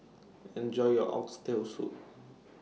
Enjoy your Oxtail Soup